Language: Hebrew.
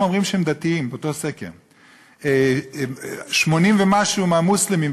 שנים: מי מדליק, מתי, איך, בכל החגים שלהם.